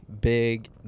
big